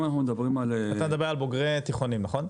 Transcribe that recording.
אתה מדבר על בוגרי התיכונים, נכון?